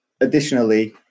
additionally